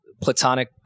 platonic